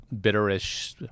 bitterish